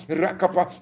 rakapa